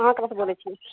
अहाँ कतऽ सँ बोलै छी